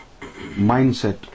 mindset